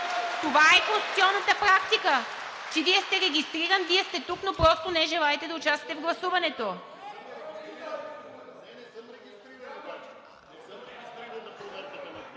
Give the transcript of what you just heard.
Това е конституционната практика, че Вие сте регистриран, Вие сте тук, но просто не желаете да участвате в гласуването.